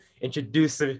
introduce